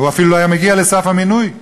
הוא אפילו לא היה מגיע לסף המינוי עם